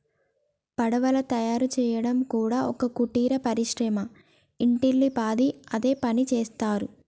పడవలు తయారు చేయడం కూడా ఒక కుటీర పరిశ్రమ ఇంటిల్లి పాది అదే పనిచేస్తరు